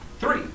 Three